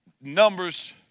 numbers